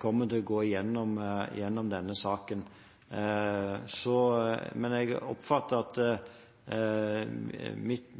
kommer til å gå gjennom denne saken. Men